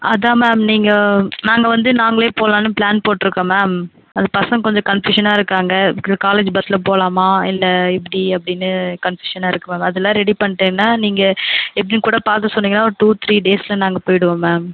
அதுதான் மேம் நீங்கள் நாங்கள் வந்து நாங்களே போலாம்னு பிளான் போட்டிருக்கோம் மேம் அது பசங்க கொஞ்சம் கன்ஃப்யூஷனாக இருக்காங்க காலேஜ் பஸ்ஸில் போகலாமா இல்லை இப்படி அப்படின்னு கன்ஃபியூஷனாக இருக்கு மேம் அதெலாம் ரெடி பண்ணிடேன்னா நீங்கள் எப்படின்னு கூட பார்த்து சொன்னீங்கனா ஒரு டூ த்ரீ டேஸில் நாங்கள் போயிடுவோம் மேம்